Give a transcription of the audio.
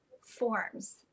forms